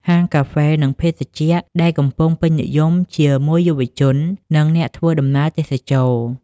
ហាងកាហ្វេ និងភេសជ្ជះ ដែលកំពុងពេញនិយមជាមួយយុវជន និងអ្នកធ្វើដំណើរទេសចរណ៍។